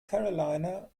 carolina